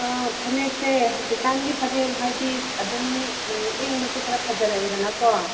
ꯑꯥ ꯐꯅꯦꯛꯁꯦ ꯍꯧꯖꯤꯛꯀꯥꯟꯒꯤ ꯐꯅꯦꯛ ꯍꯥꯏꯗꯤ ꯑꯗꯨꯝ ꯎꯝ ꯏꯪꯕꯁꯨ ꯈꯔ ꯐꯖꯜꯂꯛꯑꯦꯗꯅꯀꯣ